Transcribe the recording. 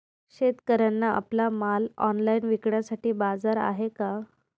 शेतकऱ्यांना आपला माल ऑनलाइन विकण्यासाठी बाजार आहे का?